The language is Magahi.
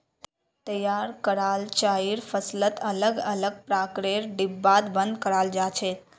तैयार कराल चाइर फसलक अलग अलग प्रकारेर डिब्बात बंद कराल जा छेक